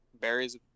Berries